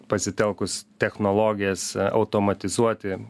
pasitelkus technologijas automatizuoti